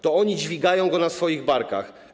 To oni dźwigają go na swoich barkach.